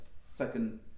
Second